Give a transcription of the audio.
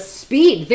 speed